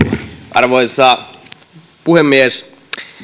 arvoisa puhemies